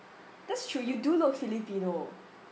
that's true you do look filipino